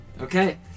Okay